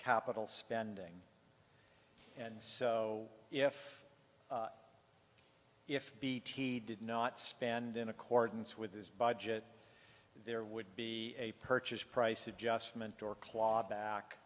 capital spending and so if if beattie did not spend in accordance with his budget there would be a purchase price adjustment or claw back